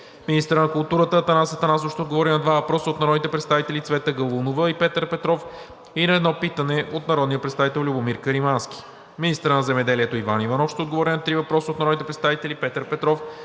Министърът на културата Атанас Атанасов ще отговори на два въпроса от народните представители Цвета Галунова; и Петър Петров; и на едно питане от народния представител Любомир Каримански. 10. Министърът на земеделието Иван Иванов ще отговори на три въпроса от народните представители Петър Петров;